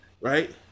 right